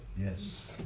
Yes